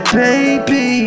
baby